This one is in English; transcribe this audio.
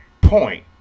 point